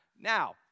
Now